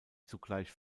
zugleich